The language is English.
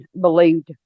believed